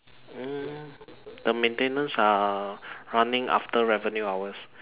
mm the maintenance are running after revenue hours